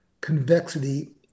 convexity